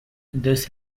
this